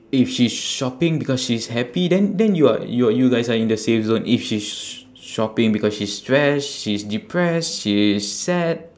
if she's shopping because she's happy then then you are you are you guys are in the safe zone if she's shopping because she's stressed she's depressed she is sad